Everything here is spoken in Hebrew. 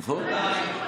עברית.